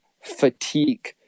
fatigue